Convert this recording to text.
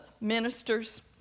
ministers